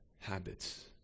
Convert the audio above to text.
habits